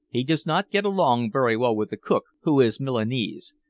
he does not get along very well with the cook who is milanese.